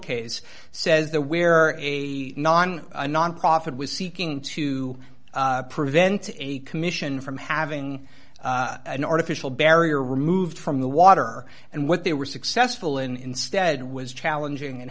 case says the where a non nonprofit was seeking to prevent a commission from having an artificial barrier removed from the water and what they were successful in instead was challenging and